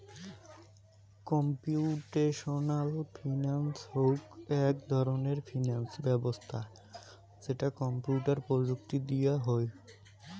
computational finance হউক এক ধরণের ফিনান্স ব্যবছস্থা যেটা কম্পিউটার প্রযুক্তি দিয়া হুই